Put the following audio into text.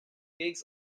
gigs